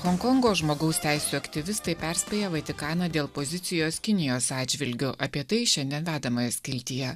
honkongo žmogaus teisių aktyvistai perspėja vatikaną dėl pozicijos kinijos atžvilgiu apie tai šiandien vedamoje skiltyje